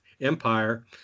Empire